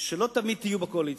שלא תמיד תהיו בקואליציה,